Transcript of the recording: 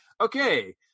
okay